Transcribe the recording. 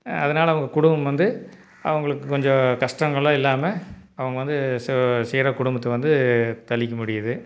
அதனால அவங்க குடும்பம் வந்து அவங்களுக்கு கொஞ்சம் கஷ்டங்களெலாம் இல்லாமல் அவங்க வந்து ச சீராக குடும்பத்தை வந்து தள்ளிக்க முடியுது